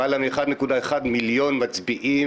למעלה מ-1.1 מיליון מצביעים